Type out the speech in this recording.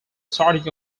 starting